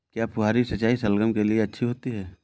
क्या फुहारी सिंचाई शलगम के लिए अच्छी होती है?